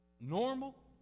normal